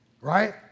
Right